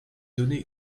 donné